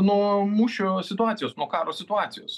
nuo mūšio situacijos nuo karo situacijos